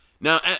now